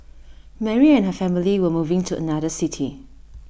Mary and her family were moving to another city